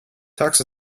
tux